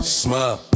smile